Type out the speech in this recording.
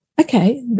okay